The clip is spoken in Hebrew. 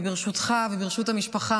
וברשותך וברשות המשפחה,